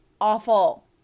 awful